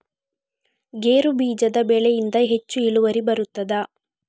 ಗೇರು ಬೀಜದ ಬೆಳೆಯಿಂದ ಹೆಚ್ಚು ಇಳುವರಿ ಬರುತ್ತದಾ?